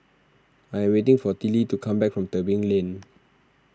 I am waiting for Tillie to come back from Tebing Lane